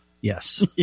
Yes